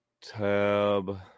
Tab